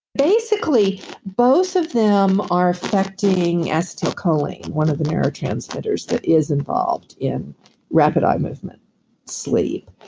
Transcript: basically both of them are effecting acetylcholine, one of the neurotransmitters that is involved in rapid eye movement sleep.